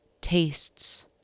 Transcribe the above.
tastes